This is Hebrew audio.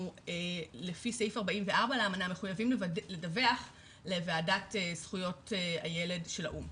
לפי סעיף 44 לאמנה אנחנו מחוייבים לדווח לוועדת זכויות הילד של האו"ם.